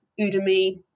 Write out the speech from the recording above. Udemy